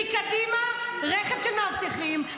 מקדימה רכב של מאבטחים,